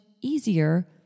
easier